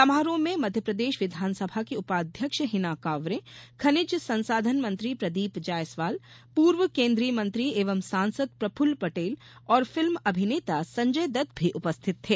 समारोह र्म मध्यप्रदेश विधानसभा की उपाध्यक्ष हिना कांवरे खनिज संसाधन मंत्री प्रदीप जायसवाल पूर्व केन्द्रीय मंत्री एवं सांसद प्रफुल्ल पटेल और फिल्म अभिनेता संजय दत्त भी उपस्थित थे